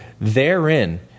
Therein